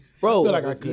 Bro